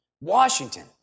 Washington